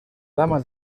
dama